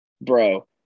Bro